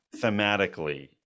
thematically